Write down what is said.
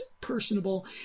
personable